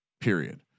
period